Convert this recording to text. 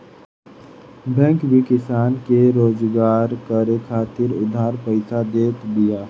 bank भी किसान के रोजगार करे खातिर उधारी पईसा देत बिया